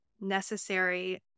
necessary